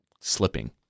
slipping